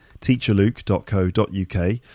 teacherluke.co.uk